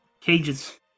cages